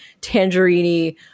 tangerine